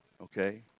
Okay